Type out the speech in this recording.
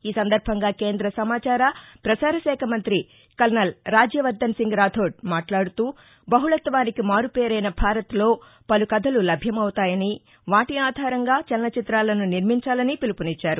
ఈ సందర్బంగా కేంద్ర సమాచార ప్రసారశాఖ మంతి కల్నల్ రాజ్యవర్ణన్సింగ్ రాధోడ్ మాట్లాడుతూబహుళత్వానికి మారుపేరైన భారత్లో పలు కధలు లభ్యమవుతాయని వాటి ఆధారంగా చలనచితాలను నిర్మించాలని పిలుపునిచ్చారు